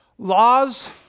Laws